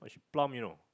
plum you know